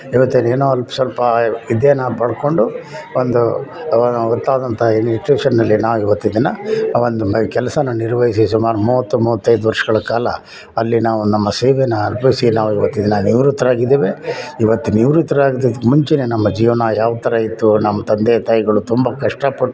ಈವಾಗ ತಾನೆ ಏನೋ ಒಂದು ಸ್ವಲ್ಪ ವಿದ್ಯೆನ ಪಡ್ಕೊಂಡು ಒಂದು ಇನ್ಸ್ಟ್ಯೂಷನಲ್ಲಿ ನಾವು ಈವತ್ತು ಇದ್ದೇನೆ ಆ ಒಂದು ಮ ಕೆಲಸನ ನಿರ್ವಹಿಸಿ ಸುಮಾರು ಮೂವತ್ತು ಮೂವತ್ತೈದು ವರ್ಷಗಳ ಕಾಲ ಅಲ್ಲಿ ನಾವು ನಮ್ಮ ಸೇವೆಯನ್ನು ಅರ್ಪಿಸಿ ನಾವು ಈವತ್ತಿನ ದಿನ ನಿವೃತ್ತರಾಗಿದ್ದೇವೆ ಈವತ್ತು ನಿವೃತ್ತರಾಗದ್ಕೆ ಮುಂಚೆಯೇ ನಮ್ಮ ಜೀವನ ಯಾವ ಥರ ಇತ್ತು ನಮ್ಮ ತಂದೆ ತಾಯಿಗಳು ತುಂಬ ಕಷ್ಟಪಟ್ಟು